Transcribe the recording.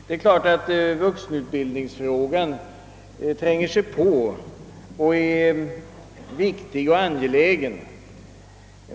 Det är klart att vuxenutbildningsfrågan tränger sig på och är viktig och angelägen.